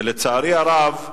ולצערי הרב,